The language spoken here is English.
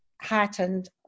heightened